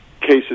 cases